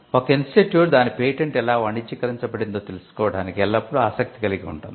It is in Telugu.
ఒక ఇన్స్టిట్యూట్ దాని పేటెంట్ ఎలా వాణిజ్యీకరించబడిందో తెలుసుకోవడానికి ఎల్లప్పుడూ ఆసక్తి కలిగి ఉంటుంది